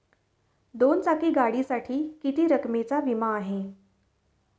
दोन चाकी गाडीसाठी किती रकमेचा विमा आहे?